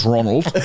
Ronald